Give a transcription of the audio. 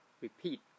repeat